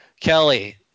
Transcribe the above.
Kelly